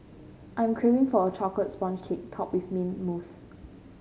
I am craving for a chocolate sponge cake topped with mint mousse